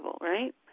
Right